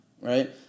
right